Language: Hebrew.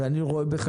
אני רואה בך,